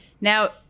Now